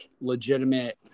legitimate